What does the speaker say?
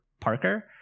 Parker